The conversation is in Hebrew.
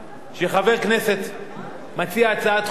כשחבר כנסת מציע הצעת חוק,